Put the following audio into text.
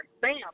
bam